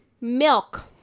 Milk